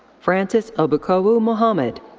francis obukohwo mohammed.